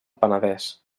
penedès